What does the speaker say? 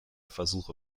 versuche